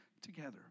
together